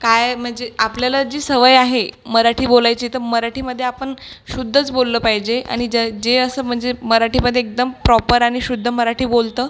काय म्हणजे आपल्याला जी सवय आहे मराठी बोलायची तर मराठीमध्ये आपण शुद्धच बोललं पाहिजे आणि जं जे असं म्हणजे मराठीमध्ये एकदम प्रॉपर आणि शुद्ध मराठी बोलतं